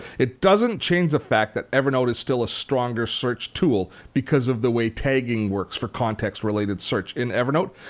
it doesn't change the fact that evernote is still a stronger search tool because of the way tagging works for context-related search in evernote,